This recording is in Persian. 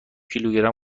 کیلوگرم